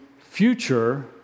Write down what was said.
future